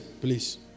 please